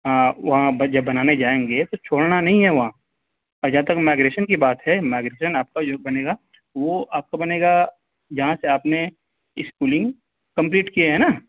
ہاں وہاں بج جب بنانے جائیں گے تو چھوڑنا نہیں ہے وہاں جہاں تک مائگریشن کی بات ہے مائگریشن آپ کا جو بنے گا وہ آپ کا بنے گا جہاں سے آپ نے اسکولنگ کمپلیٹ کی ہے ہے نا